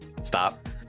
Stop